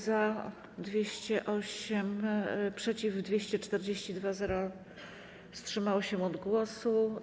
Za - 208, przeciw - 242, nikt nie wstrzymał się od głosu.